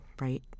right